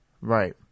right